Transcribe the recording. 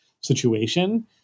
situation